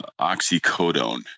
oxycodone